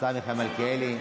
השר מיכאל מלכיאלי.